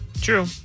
True